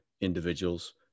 individuals